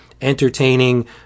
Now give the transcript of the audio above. entertaining